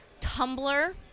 Tumblr